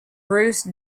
bruce